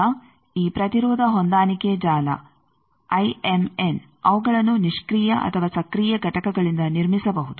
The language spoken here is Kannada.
ಈಗ ಈ ಪ್ರತಿರೋಧ ಹೊಂದಾಣಿಕೆಯ ಜಾಲ ಐಎಮ್ಎನ್ ಅವುಗಳನ್ನು ನಿಷ್ಕ್ರಿಯ ಅಥವಾ ಸಕ್ರಿಯ ಘಟಕಗಳಿಂದ ನಿರ್ಮಿಸಬಹುದು